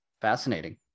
fascinating